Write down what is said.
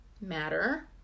matter